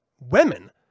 women